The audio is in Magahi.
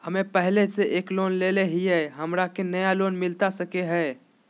हमे पहले से एक लोन लेले हियई, हमरा के नया लोन मिलता सकले हई?